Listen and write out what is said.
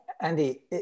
Andy